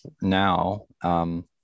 now